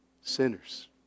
sinners